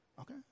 Okay